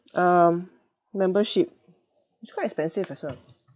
um membership it's quite expensive as well